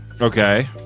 okay